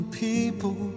people